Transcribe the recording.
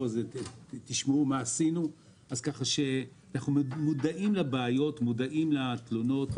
אנחנו מודעים לבעיות, מודעים לתלונות.